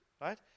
right